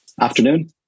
Afternoon